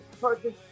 purchase